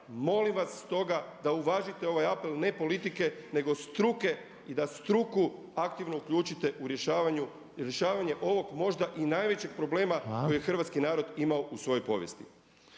Molim vas stoga da uvažite ovaj apel, ne politike nego struke i da struku aktivno uključite u rješavanje ovog možda i najvećeg problema kojeg je hrvatski narod imao u svooj povijesti.